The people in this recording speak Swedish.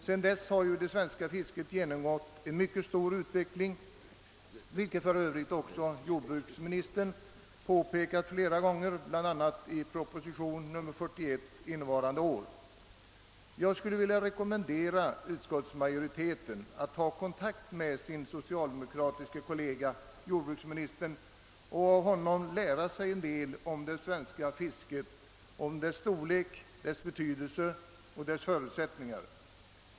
Sedan dess har ju det svenska fisket genomgått en betydande utveckling, vilket för övrigt också jordbruksministern påpekat flera gånger, bl.a. i propositionen nr 41 innevarande år. Jag skulle vilja rekommendera utskottsmajoriteten att ta kontakt med sin socialdemokratiska kollega jordbruksministern och av honom lära sig en del om det svenska fisket och dess storlek, dess betydelse och förutsättningar.